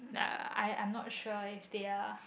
uh I'm I'm not sure if they are